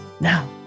Now